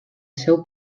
seu